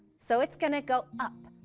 so it's going to go up,